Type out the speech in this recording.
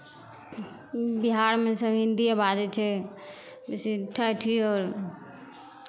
बिहारमे सभ हिन्दिए बाजै छै बेसी ठेठी आओर